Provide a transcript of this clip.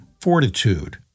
Fortitude